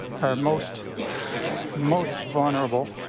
our most most vulnerable,